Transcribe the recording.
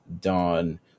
Dawn